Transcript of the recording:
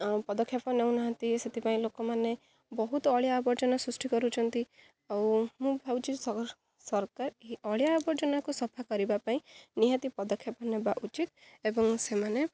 ପଦକ୍ଷେପ ନେଉନାହାନ୍ତି ସେଥିପାଇଁ ଲୋକମାନେ ବହୁତ ଅଳିଆ ଆବର୍ଜନା ସୃଷ୍ଟି କରୁଛନ୍ତି ଆଉ ମୁଁ ଭାବୁଛି ସର ସରକାର ଏହି ଅଳିଆ ଆବର୍ଜନାକୁ ସଫା କରିବା ପାଇଁ ନିହାତି ପଦକ୍ଷେପ ନେବା ଉଚିତ୍ ଏବଂ ସେମାନେ